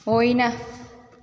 होइन